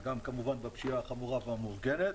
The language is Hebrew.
וגם כמובן בפשיעה החמורה והמאורגנת.